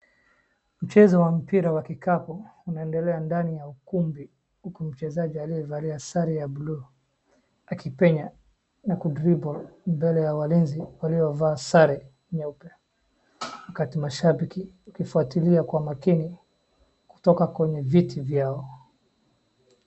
Mchezo wa mpira wa kikapu unaendelea ndani ya ukumbi uku mchezaji aliyevalia sare ya buluu akipenya na kudribble mbele ya walinzi waliovaa sare nyeupe wakati mashambiki wakifuatilia kwa makini kutoka kwenye viti vyao.